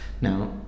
Now